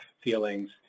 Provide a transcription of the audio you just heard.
feelings